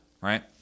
right